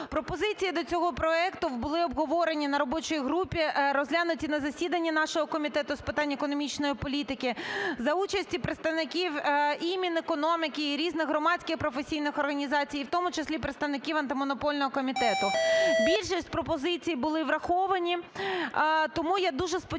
Пропозиції до цього проекту були обговорені на робочій групі, розглянуті на засіданні нашого Комітету з питань економічної політики за участі представників і Мінекономіки, і різних громадських професійних організацій, і в тому числі представників Антимонопольного комітету. Більшість пропозицій були враховані, тому я дуже сподіваюся